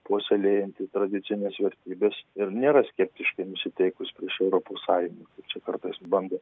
puoselėjanti tradicines vertybes ir nėra skeptiškai nusiteikus prieš europos sąjungą kaip čia kartais bando